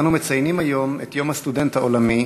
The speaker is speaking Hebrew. אנו מציינים היום את יום הסטודנט העולמי,